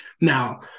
Now